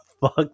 fuck